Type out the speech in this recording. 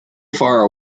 far